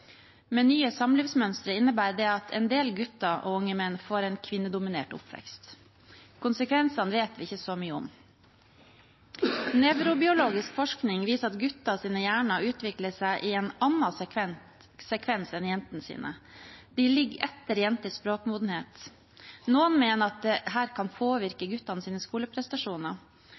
Nye samlivsmønstre innebærer at en del gutter og unge menn får en kvinnedominert oppvekst. Konsekvensene vet vi ikke så mye om. Nevrobiologisk forskning viser at gutters hjerner utvikler seg i en annen sekvens enn jentenes. Gutter ligger etter jenter i språkmodenhet. Noen mener at dette kan påvirke guttenes skoleprestasjoner,